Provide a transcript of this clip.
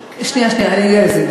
מבחינה, שנייה, אני אגיע לזה.